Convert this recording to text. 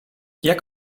jak